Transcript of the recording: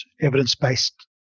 evidence-based